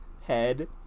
head